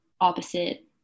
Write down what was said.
opposite